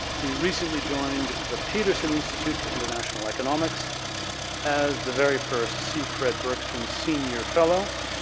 he recently joined the peterson institute for international economics as the very first c. fred bergston senior fellow,